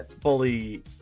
fully